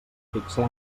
fixem